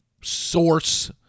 source